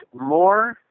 more